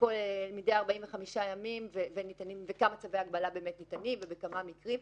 מדי 45 ימים וכמה צווי הגבלה באמת ניתנים ובכמה מקרים.